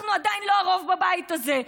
אנחנו עדיין לא הרוב בבית הזה,